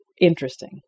interesting